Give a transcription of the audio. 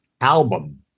album